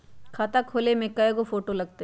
खाता खोले में कइगो फ़ोटो लगतै?